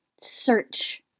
search